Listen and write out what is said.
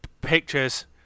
Pictures